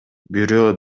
бирөө